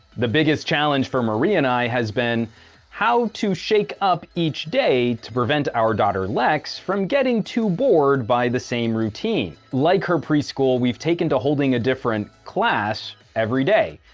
the biggest challenge for marie and i, has been how to shake up each day to prevent our daughter lex from getting too bored by the same routine. like her preschool, we've taken to holding a different class every day.